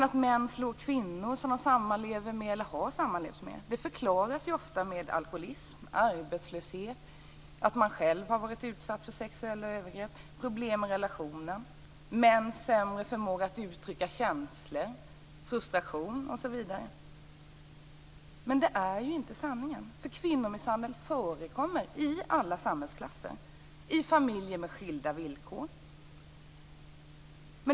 Att män slår kvinnor som de sammanlever med, eller har sammanlevt med, förklaras ofta med alkoholism, arbetslöshet, att de själva varit utsatta för sexuella övergrepp, problem med relationer, mäns sämre förmåga att uttrycka känslor, frustration osv. Men det är inte sanningen. Kvinnomisshandel förekommer ju i alla samhällsklasser. Det förekommer i familjer med skilda villkor.